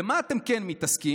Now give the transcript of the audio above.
במה אתם כן מתעסקים,